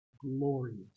glorious